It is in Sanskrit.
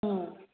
हा